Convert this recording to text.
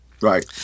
right